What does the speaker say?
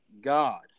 God